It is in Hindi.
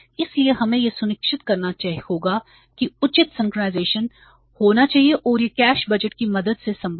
इसलिए हमें यह सुनिश्चित करना होगा कि उचित सिंक्रनाइज़ेशन होना चाहिए और यह कैश बजट की मदद से संभव है